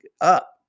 up